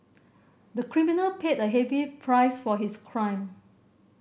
the criminal paid a heavy price for his crime